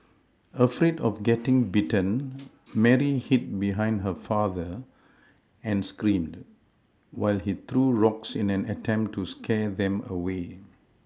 afraid of getting bitten Mary hid behind her father and screamed while he threw rocks in an attempt to scare them away